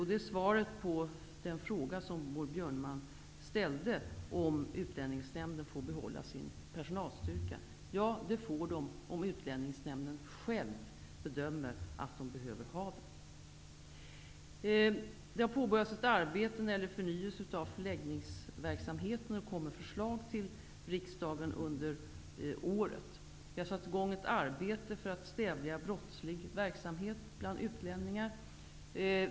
Det är sva ret på den fråga som Maud Björnemalm ställde om huruvida Utlänningsnämnden får behålla sin personalstyrka. Ja, det får den om Utlännings nämnden självt bedömer att den behöver det. Det har påbörjats ett arbete med förnyelse av förläggningsverksamheten. Det kommer förslag till riksdagen under året. Vi har satt i gång ett ar bete för att stävja brottslig verksamhet bland ut länningar.